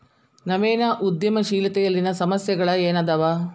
ನವೇನ ಉದ್ಯಮಶೇಲತೆಯಲ್ಲಿನ ಸಮಸ್ಯೆಗಳ ಏನದಾವ